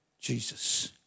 Jesus